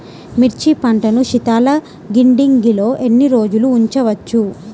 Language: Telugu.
మిర్చి పంటను శీతల గిడ్డంగిలో ఎన్ని రోజులు ఉంచవచ్చు?